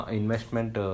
investment